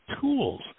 tools